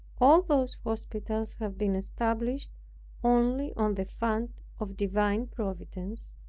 all those hospitals have been established only on the fund of divine providence,